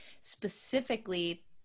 specifically